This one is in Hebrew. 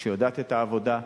שיודעת את העבודה,